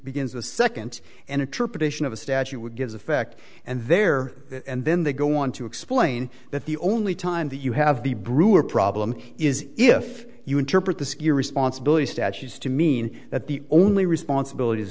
begins the second an interpretation of a statute would give effect and there and then they go on to explain that the only time that you have the brewer problem is if you interpret the secure responsibility statues to mean that the only responsibilities